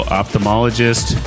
ophthalmologist